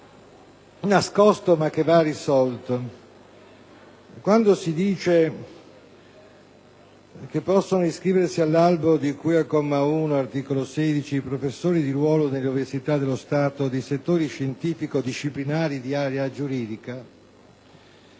nascosto, ma che va risolto.